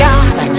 God